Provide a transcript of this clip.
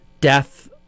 death